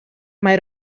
mae